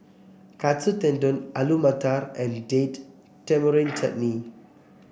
Katsu Tendon Alu Matar and Date Tamarind Chutney